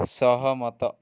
ସହମତ